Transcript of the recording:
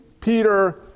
Peter